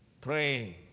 praying